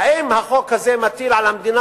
האם החוק הזה מטיל על המדינה,